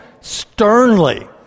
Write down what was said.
sternly